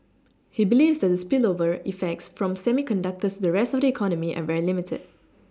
he believes that the spillover effects from semiconductors the rest of the economy are very limited